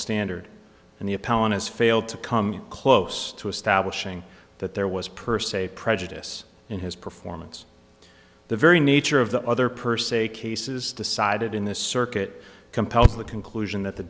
standard and the appellate has failed to come close to establishing that there was per se prejudice in his performance the very nature of the other per se cases decided in this circuit compel to the conclusion that the